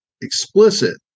explicit